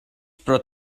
pro